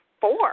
four